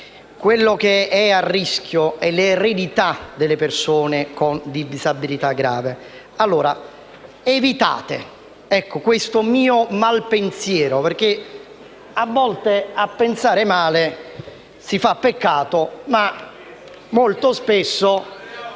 parole, sia a rischio l'eredità delle persone con disabilità grave. Evitate allora questo mio mal pensiero perché, a volte, a pensare male si fa peccato ma molto spesso